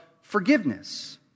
forgiveness